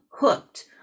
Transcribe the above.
hooked